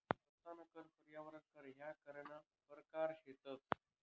रस्ताना कर, पर्यावरण कर ह्या करना परकार शेतंस